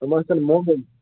ژٕ وَنتہٕ محمد